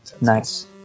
nice